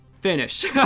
finish